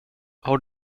har